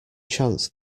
chance